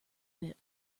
bit